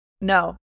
No